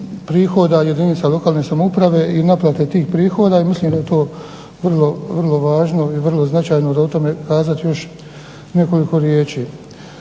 prihoda jedinica lokalne samouprave i naplate tih prihoda i mislim da je to vrlo važno i vrlo značajno o tome kazat još nekoliko riječi.